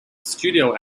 studio